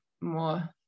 more